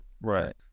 Right